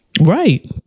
Right